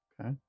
Okay